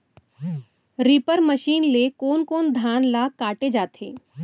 Reaper machine ले कोन कोन धान ल काटे जाथे?